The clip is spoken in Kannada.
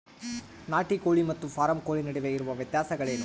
ನಾಟಿ ಕೋಳಿ ಮತ್ತು ಫಾರಂ ಕೋಳಿ ನಡುವೆ ಇರುವ ವ್ಯತ್ಯಾಸಗಳೇನು?